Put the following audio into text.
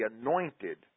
anointed